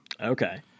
Okay